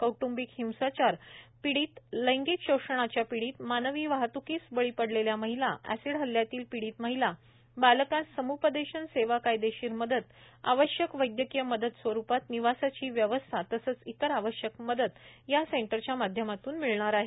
कौटुंबिक हिंसाचार पिडीत लैगिक शोषणाच्या पिडीत मानवी वाहत्कीस बळी पडलेल्या महिला एसिड हल्ल्यातील पिडीत महिला बालकास सम्पदेशन सेवा कायदेशिर मदत आवश्यक वैदयकिय मदत स्वरुपात निवासाची व्यवस्था तसेच इतर आवश्यक मदत सखी वन स्टॉप सेंटरच्या माध्यमातून मिळणार आहे